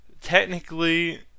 technically